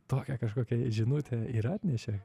tokią kažkokią žinutę ir atnešė